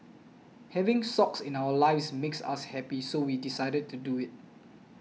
having Socks in our lives makes us happy so we decided to do it